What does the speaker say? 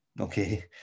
Okay